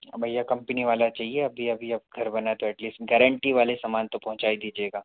भैया कम्पनी वाला चाहिए अभी अभी अब घर बना है तो एट लीस्ट गारंटी वाले सामान तो पहुँचा ही दीजिएगा